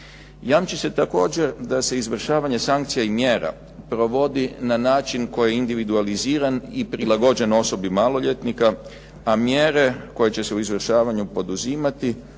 Jamči se također da se izvršavanje sankcija i mjera provodi na način koji je individualiziran i prilagođen osobi maloljetnika, a mjere koje će se u izvršavanju poduzimati